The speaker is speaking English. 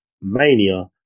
Mania